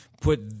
put